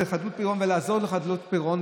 חדלות פירעון ולעזור לחדלות פירעון,